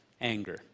anger